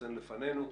התחסן לפנינו.